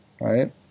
right